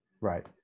right